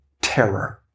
terror